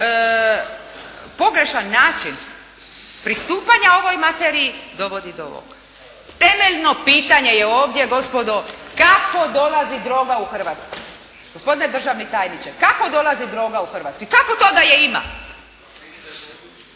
pogrešan način pristupanja ovoj materiji dovodi do ovog. Temeljno pitanje je ovdje gospodo kako dolazi droga u Hrvatsku. Gospodine državni tajniče, kako dolazi droga u Hrvatsku i kako to da je ima,